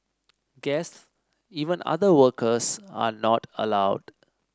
guests even other workers are not allowed